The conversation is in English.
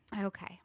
Okay